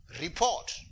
report